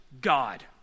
God